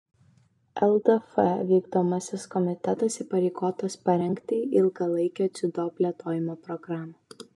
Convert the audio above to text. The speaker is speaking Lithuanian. ldf vykdomasis komitetas įpareigotas parengti ilgalaikę dziudo plėtojimo programą